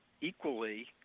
equally